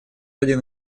один